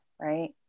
right